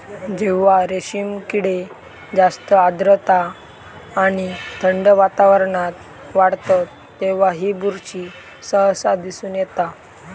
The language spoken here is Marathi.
जेव्हा रेशीम किडे जास्त आर्द्रता आणि थंड वातावरणात वाढतत तेव्हा ही बुरशी सहसा दिसून येता